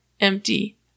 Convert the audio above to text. empty